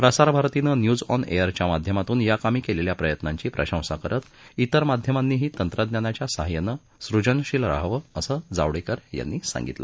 प्रसारभारतीनं News on Air च्या माध्यमातून याकामी केलेल्या प्रयत्नांची प्रशंसा करत तिर माध्यमांनीही तंत्रज्ञानाच्या सहाय्यानं सुजनशील रहावं असं जावडेकर यांनी सांगितलं